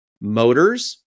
motors